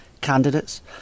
candidates